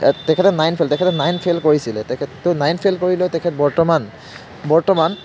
তেখেতে nine fail তেখেতে nine fail কৰিছিলে তেখেত তো নাইন ফেইল কৰিলেও তেখেত বৰ্তমান বৰ্তমান